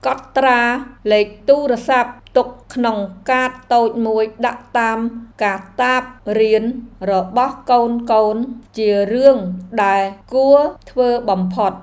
កត់ត្រាលេខទូរស័ព្ទទុកក្នុងកាតតូចមួយដាក់តាមកាតាបរៀនរបស់កូនៗជារឿងដែលគួរធ្វើបំផុត។